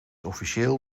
officieel